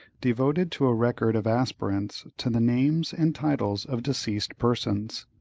devoted to a record of aspirants to the names and titles of deceased persons.